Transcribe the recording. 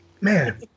Man